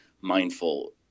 mindful